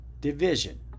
division